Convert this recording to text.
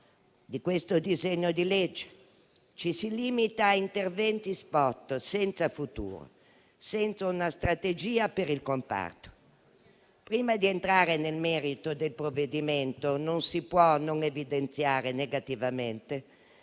sé questo decreto-legge. Ci si limita a interventi *spot* senza futuro e senza una strategia per il comparto. Prima di entrare nel merito del provvedimento, non si può non evidenziare negativamente